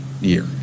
year